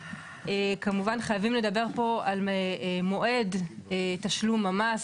כמובן חייבים לדבר פה על מועד תשלום המס.